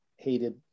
hated